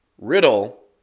Riddle